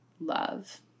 love